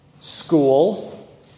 School